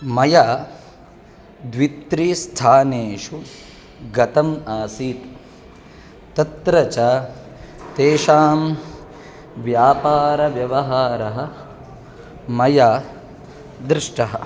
मया द्वित्रिस्थानेषु गतम् आसीत् तत्र च तेषां व्यापारव्यवहारः मया दृष्टः